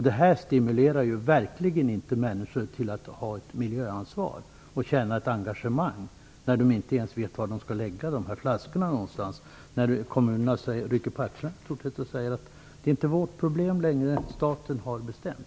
Det stimulerar ju verkligen inte människor till att ta ett miljöansvar och känna ett engagemang när de inte ens vet var de skall lägga flaskorna någonstans. Inom kommunerna rycker man på axlarna och säger att det inte längre är deras problem, eftersom det är staten som har bestämt.